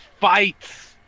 fights